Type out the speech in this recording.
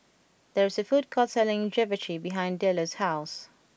there is a food court selling Japchae behind Delos' house